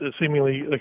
seemingly